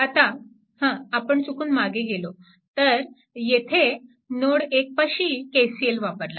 आता हं आपण चुकून मागे गेलो तर येथे नोड 1 पाशी KCL वापरला